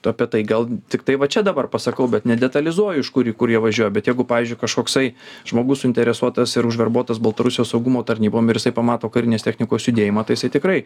apie tai gal tiktai va čia dabar pasakau bet nedetalizuoju iš kur į kur jie važiuoja bet jeigu pavyzdžiui kažkoksai žmogus suinteresuotas ir užverbuotas baltarusijos saugumo tarnybomir jisai pamato karinės technikos judėjimą tai jisai tikrai